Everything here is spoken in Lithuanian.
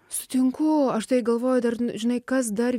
sutinku aš tai galvoju dar žinai kas dar